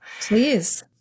please